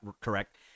correct